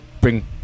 bring